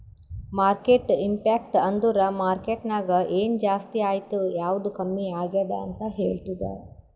market impact ಅಂದುರ್ market ನಾಗ್ ಎನ್ ಜಾಸ್ತಿ ಆಯ್ತ್ ಯಾವ್ದು ಕಮ್ಮಿ ಆಗ್ಯಾದ್ ಅಂತ್ ಹೇಳ್ತುದ್